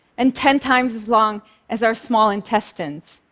and ten times as long as our small intestines.